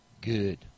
Good